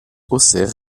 auxerre